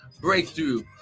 breakthrough